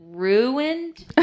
ruined